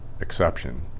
exception